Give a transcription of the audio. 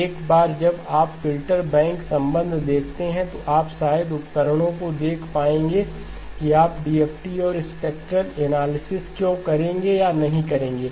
एक बार जब आप फ़िल्टर बैंक संबंध देखते हैं तो आप शायद कारणों को देख पाएंगे कि आप DFT और स्पेक्ट्रेल एनालिसिस क्यों करेंगे या नहीं करेंगे